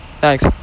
Thanks